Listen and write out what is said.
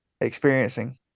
experiencing